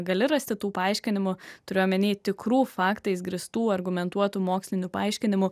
gali rasti tų paaiškinimų turiu omeny tikrų faktais grįstų argumentuotų mokslinių paaiškinimų